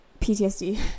PTSD